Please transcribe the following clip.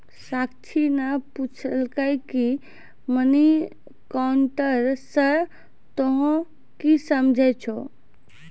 साक्षी ने पुछलकै की मनी ऑर्डर से तोंए की समझै छौ